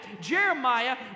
Jeremiah